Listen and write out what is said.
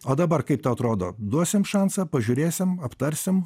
o dabar kaip tau atrodo duosim šansą pažiūrėsim aptarsim